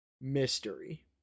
Mystery